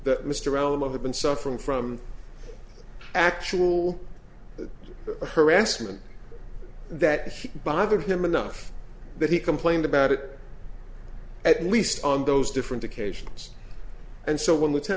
that mr realm of had been suffering from actual harassment that he bothered him enough that he complained about it at least on those different occasions and so when lieuten